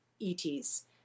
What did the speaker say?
et's